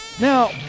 Now